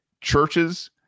churches